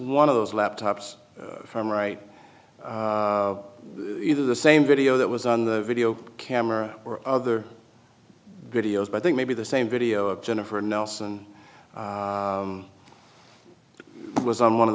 one of those laptops from right either the same video that was on the video camera or other good job i think maybe the same video of jennifer nelson it was on one of